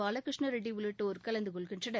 பாலகிருஷ்ண ரெட்டி உள்ளிட்டோர் கலந்து கொள்கிறார்கள்